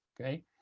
okay